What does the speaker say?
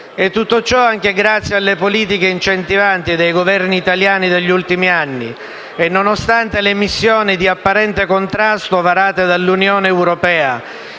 E tutto ciò anche grazie alle politiche incentivanti dei Governi italiani degli ultimi anni e nonostante le missioni di apparente contrasto varate dall'Unione europea,